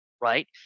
right